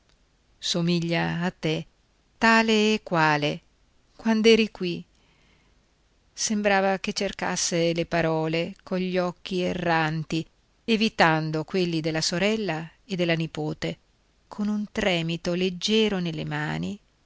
somiglia a te tale e quale quand'eri qui sembrava che cercasse le parole cogli occhi erranti evitando quelli della sorella e della nipote con un tremito leggiero nelle mani